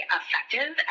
effective